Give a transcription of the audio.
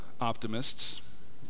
optimists